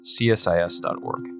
CSIS.org